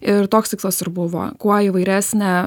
ir toks tikslas ir buvo kuo įvairesnę